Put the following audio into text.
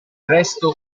resto